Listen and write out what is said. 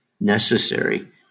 necessary